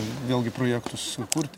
vėlgi projektus sukurti